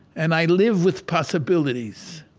and i live with possibilities.